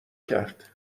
کرد